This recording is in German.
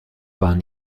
waren